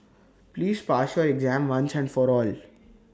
please pass your exam once and for all